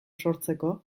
sortzeko